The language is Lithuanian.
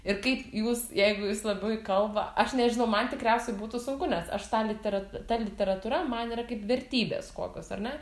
ir kaip jūs jeigu jūs labiau į kalbą aš nežinau man tikriausiai būtų sunku nes aš tą litera ta literatūra man yra kaip vertybės kokios ar ne